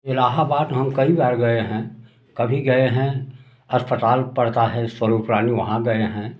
इलाहाबाद हम कई बार गए हैं कभी गए हैं अस्पताल पड़ता है स्वरुप रानी वहाँ गए हैं